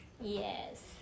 Yes